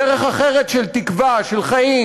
דרך אחרת, של תקווה, של חיים,